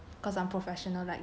cause I'm professional like that